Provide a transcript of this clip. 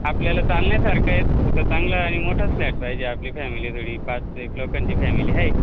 आपल्याला चालण्यासारखं आहे असं चांगलं आणि मोठाच फ्लॅट पाहिजे आपली फॅमिली थोडी पाच एक लोकांची फॅमिली आहे